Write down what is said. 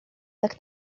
tak